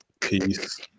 Peace